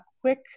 quick